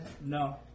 No